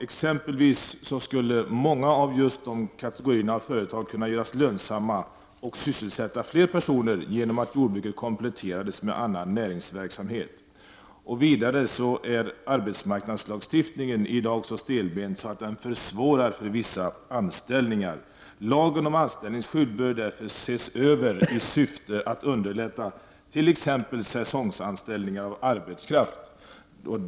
Exempelvis skulle många av just de kategorierna av företag kunna göras lönsamma och sysselsätta flera personer genom att jordbruket kompletterades med annan näringsverksamhet. Vidare är arbetsmarknadslagstiftningen i dag så stelbent att den försvårar vissa anställningar. Lagen om anställningsskydd bör därför ses över i syfte att underlätta säsongsanställningar av arbetskraft.